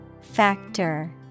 Factor